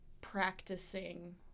practicing